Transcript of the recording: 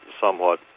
somewhat